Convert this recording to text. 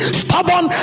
stubborn